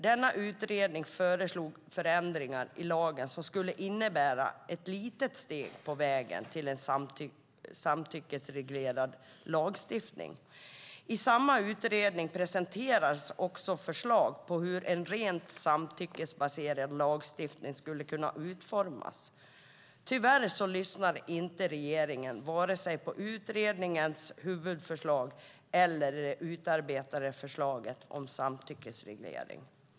Denna utredning föreslog förändringar i lagen som skulle innebära ett litet steg på vägen till en samtyckesreglerad lagstiftning. I samma utredning presenteras också förslag till hur en rent samtyckesbaserad lagstiftning skulle kunna utformas. Tyvärr lyssnade inte regeringen vare sig på utredningens huvudförslag eller på det utarbetade förslaget om samtyckesreglering.